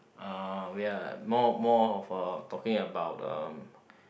uh ya more more of uh talking about uh